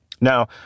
Now